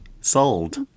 Sold